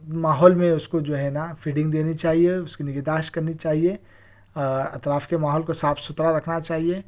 ماحول میں اس کو جو ہے نا فیڈنگ دینی چاہیے اس کی نگہداشت کرنی چاہیے اطراف کے ماحول کو صاف ستھرا رکھنا چاہیے